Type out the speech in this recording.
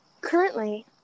Currently